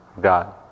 God